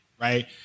Right